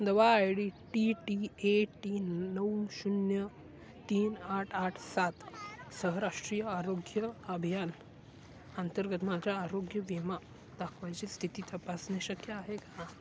दावा I D T T A T नऊ शून्य तीन आठ आठ सात सह राष्ट्रीय आरोग्य अभियान अंतर्गत माझ्या आरोग्य विमा दाखवायची स्थिती तपासणं शक्य आहे का